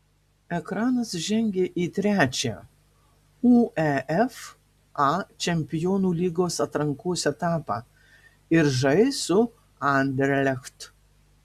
ekranas žengė į trečią uefa čempionų lygos atrankos etapą ir žais su anderlecht